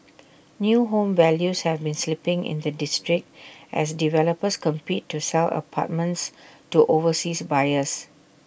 new home values have been slipping in the district as developers compete to sell apartments to overseas buyers